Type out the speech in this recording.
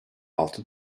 altı